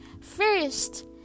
first